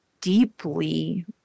deeply